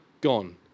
gone